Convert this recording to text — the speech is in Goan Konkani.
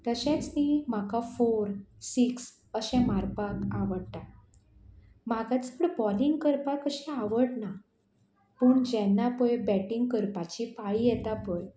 तशेंच न्ही म्हाका फोर सिक्स अशें मारपाक आवडटा म्हाका चड बॉलींग करपाक कश्शें आवडना पूण जेन्ना पय बेंटींग करपाची पाळी येता पय